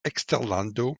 eksterlando